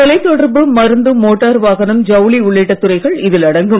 தொலைதொடர்பு மருந்து மோட்டார் வாகனம் உள்ளிட்ட துறைகள் இதில் அடங்கும்